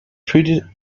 treated